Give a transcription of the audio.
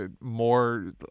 more